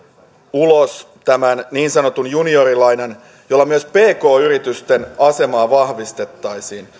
ulos tämän niin sanotun juniorilainan jolla myös pk yritysten asemaa vahvistettaisiin